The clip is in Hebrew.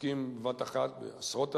עוסקים בבת אחת בעשרות אלפים,